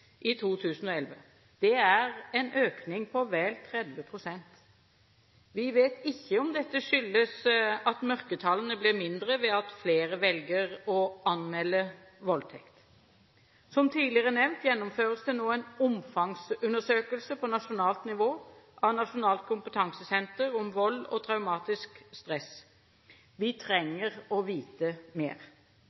i 2011. Det er en økning på vel 30 pst. Vi vet ikke om dette skyldes at mørketallene blir mindre ved at flere velger å anmelde voldtekt. Som tidligere nevnt, gjennomføres det nå en omfangsundersøkelse på nasjonalt nivå av Nasjonalt kunnskapssenter om vold og traumatisk stress. Vi trenger å vite mer.